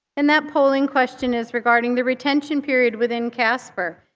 and that polling question is regarding the retention period within casper.